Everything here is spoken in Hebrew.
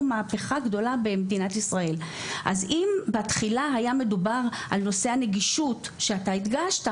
ובו בזמן באמת להדגיש את מה שאשר הדגיש,